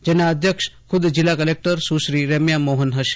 જેના અધ્યક્ષ ખુદ જિલ્લા કલેકટર સુશ્રી રેમ્યા મોહન હશે